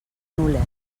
nules